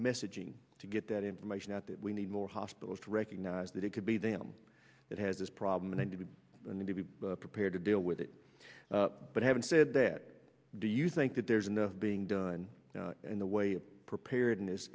messaging to get that information out that we need more hospitals to recognise that it could be them that had this problem to be the need to be prepared to deal with it but having said that do you think that there's enough being done in the way of preparedness